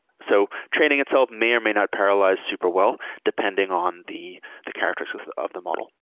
so training itself may or may not parallelize super well depending on the the characters of the model.